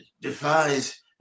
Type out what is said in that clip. defies